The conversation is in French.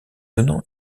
donnant